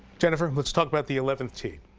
kind of let's talk about the eleventh tee.